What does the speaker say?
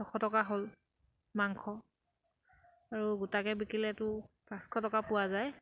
টকা হ'ল মাংস আৰু গোটাকে বিকিলেতো পাঁচশ টকা পোৱা যায়